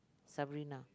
Sabrina